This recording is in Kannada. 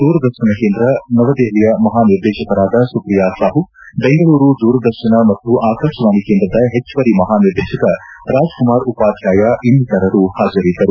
ದೂರದರ್ಶನ ಕೇಂದ್ರ ನವದೆಹಲಿಯ ಮಹಾ ನಿರ್ದೇಶಕರಾದ ಸುಪ್ರಿಯ ಸಾಹು ಬೆಂಗಳೂರು ದೂರದರ್ಶನ ಮತ್ತು ಆಕಾಶವಾಣಿ ಕೇಂದ್ರದ ಹೆಚ್ಚುವರಿ ಮಹಾನಿರ್ದೇಶಕ ರಾಜಕುಮಾರಿ ಉಪಾಧ್ಯಾಯ ಇನ್ನಿತರರು ಹಾಜರಿದ್ದರು